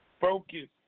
focus